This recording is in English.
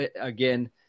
again